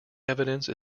evidence